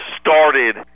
started